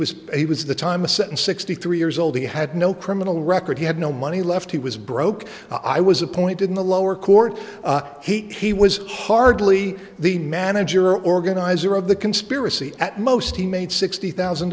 a he was the time a sentence sixty three years old he had no criminal record he had no money left he was broke i was appointed in the lower court he he was hardly the manager organizer of the conspiracy at most he made sixty thousand